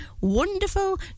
wonderful